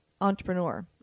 entrepreneur